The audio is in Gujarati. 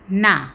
ના